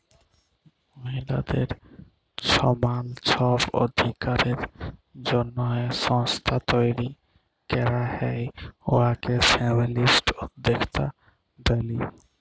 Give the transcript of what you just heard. মহিলাদের ছমাল ছব অধিকারের জ্যনহে সংস্থা তৈরি ক্যরা হ্যয় উয়াকে ফেমিলিস্ট উদ্যক্তা ব্যলি